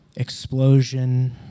explosion